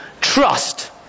trust